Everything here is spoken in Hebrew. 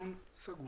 הישיבה ננעלה בשעה